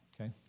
Okay